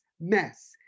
Mess